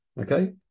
okay